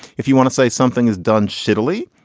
if you want to say something is done shittily,